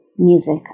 Music